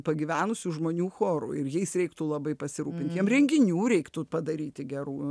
pagyvenusių žmonių chorų ir jais reiktų labai pasirūpint jiem renginių reiktų padaryti gerų